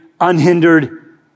unhindered